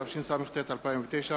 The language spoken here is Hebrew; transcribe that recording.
התשס"ט 2009,